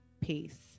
peace